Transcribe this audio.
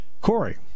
Corey